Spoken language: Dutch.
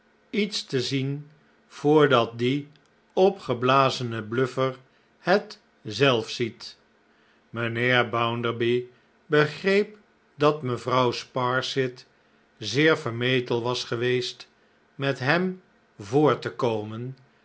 iets te zien voordat die opgeblazene bluffer het zelf ziet mijnheer bounderby begreep dat mevrouw sparsit zeer vermetel was geweest met hem voor te komen